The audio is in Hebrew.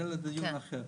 זה לדיון אחר.